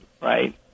right